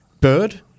Bird